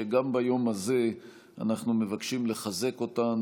שגם ביום הזה אנחנו מבקשים לחזק אותן